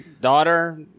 daughter